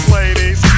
ladies